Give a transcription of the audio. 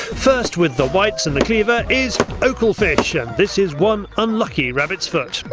first with the whites and the cleaver is oakelfish and this is one unlucky rabbits foot.